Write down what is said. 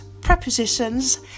prepositions